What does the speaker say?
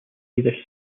either